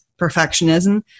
perfectionism